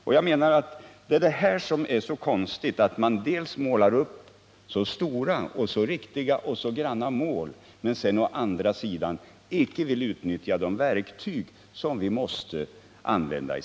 Det är detta som är så konstigt: Å ena sidan målar man upp så stora och granna och så riktiga mål, men å andra sidan vill man inte utnyttja de verktyg som man måste använda.